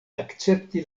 akcepti